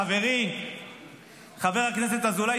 חברי חבר הכנסת אזולאי,